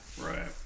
Right